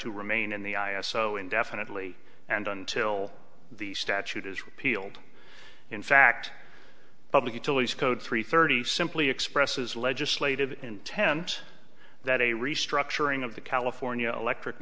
to remain in the i s o indefinitely and until the statute is repealed in fact public utilities code three thirty simply expresses legislative intent that a restructuring of the california electric